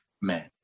man